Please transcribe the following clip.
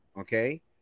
okay